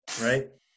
right